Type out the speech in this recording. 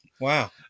Wow